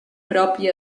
propi